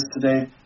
today